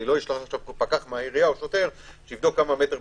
לא אשלח פקח מהעירייה או שוטר שיבדוק כמה בדיוק.